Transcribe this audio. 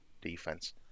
defense